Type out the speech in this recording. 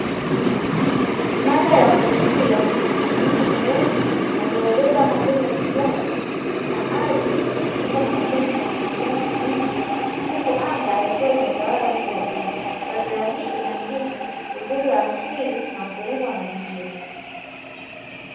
Mandhari ya kuvutia yenye miti mirefu na iliyobeba majani ya kijani, baadhi iliyofunikwa na majani ya kijani kibichi, huku anga likiwa limetawala rangi ya bluu. Taswira hii inaakisi uzuri wa asili wa utulivu wa mazingira.